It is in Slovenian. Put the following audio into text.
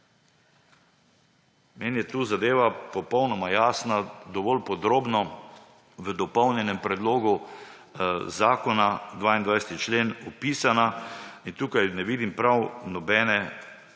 Meni je tu zadeva popolnoma jasna, dovolj podrobno v dopolnjenem predlogu zakona, 22. člen, opisana. Tukaj ne vidim prav nobene